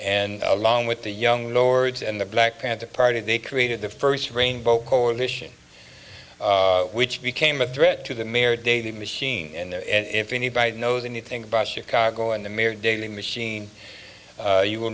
and along with the young lord and the black panther party they created the first rainbow coalition which became a threat to the mayor daley machine and if anybody knows anything about chicago and the mayor daley machine you will